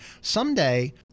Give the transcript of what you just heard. Someday